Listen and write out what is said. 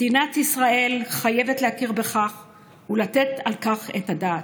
מדינת ישראל חייבת להכיר בכך ולתת על כך את הדעת,